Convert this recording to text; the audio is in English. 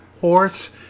Horse